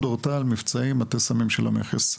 אורטל, מבצעים, מטה סמים של המכס.